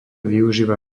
využíva